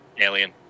alien